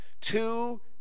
Two